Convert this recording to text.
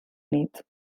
nit